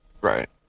Right